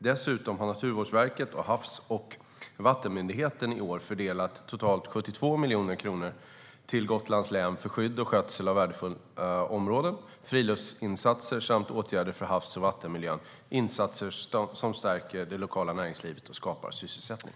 Dessutom har Naturvårdsverket och Havs och vattenmyndigheten i år fördelat totalt 72 miljoner kronor till Gotlands län för skydd och skötsel av värdefulla områden, friluftslivsinsatser samt åtgärder för havs och vattenmiljön, insatser som stärker det lokala näringslivet och skapar sysselsättning.